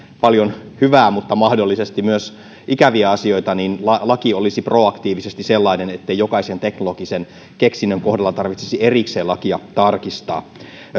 paljon hyvää mutta mahdollisesti myös ikäviä asioita niin laki olisi proaktiivisesti sellainen ettei jokaisen teknologisen keksinnön kohdalla tarvitsisi erikseen lakia tarkistaa